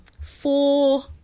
four